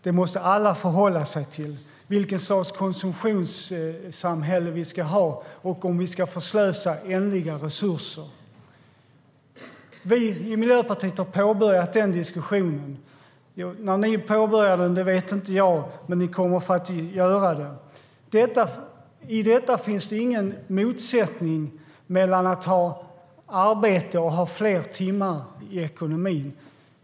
Vi måste alla förhålla oss till vilket konsumtionssamhälle vi ska ha och om vi ska förslösa ändliga resurser. Vi i Miljöpartiet har påbörjat den diskussionen. När ni andra påbörjar den vet jag inte, men ni kommer att göra det. Det finns ingen motsättning mellan arbetstidsförkortning och fler arbetade timmar i ekonomin.